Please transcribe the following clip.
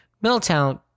Middletown